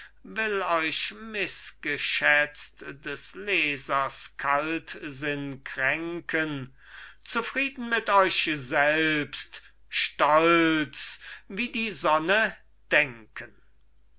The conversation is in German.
euch mißgeschätzt des lesers kaltsinn kränken zufrieden mit euch selbst stolz wie die sonne denken